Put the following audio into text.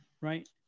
Right